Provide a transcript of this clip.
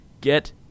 Get